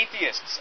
atheists